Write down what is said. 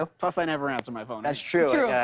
ah plus i never answer my phone. that's true. true.